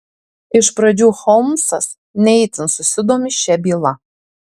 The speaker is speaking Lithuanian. iš pradžių holmsas ne itin susidomi šia byla